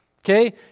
okay